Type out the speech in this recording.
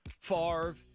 Favre